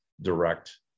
direct